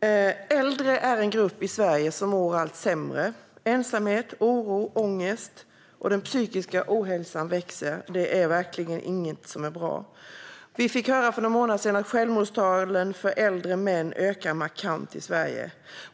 Äldre är en grupp i Sverige som mår allt sämre. Ensamheten, oron, ångesten och den psykiska ohälsan växer, och det är verkligen inte bra. Vi fick för någon månad sedan höra att självmordstalen för äldre män ökar markant i Sverige.